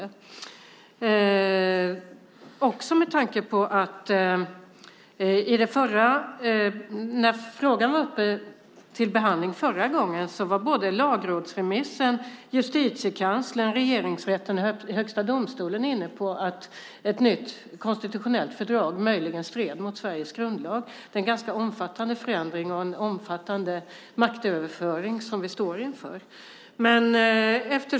Det är det också med tanke på att när frågan var uppe till behandling förra gången var lagrådsremissen, Justitiekanslern, Regeringsrätten och Högsta domstolen inne på att ett nytt konstitutionellt fördrag möjligen stred mot Sveriges grundlag. Det är en ganska omfattande förändring och en omfattande maktöverföring vi står inför.